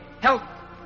Health